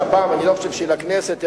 שהפעם אני לא חושב שהיא לכנסת,